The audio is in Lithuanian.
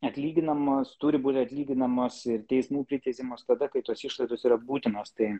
atlyginamos turi būti atlyginamos ir teismų priteisiamos tada kai tos išlaidos yra būtinos tai